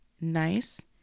nice